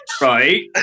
Right